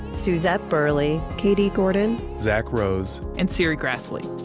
suzette burley, katie gordon, zack rose, and serri graslie